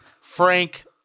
Frank